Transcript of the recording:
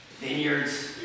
vineyards